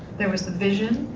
there was the vision,